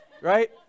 Right